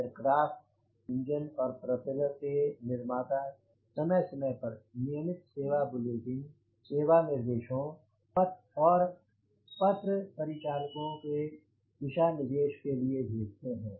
aircraft engine और propeller के निर्माता समय समय पर नियमित सेवा बुलेटिन सेवा निर्देश और पत्र परिचालकों के दिशा निर्देश के लिए भेजते हैं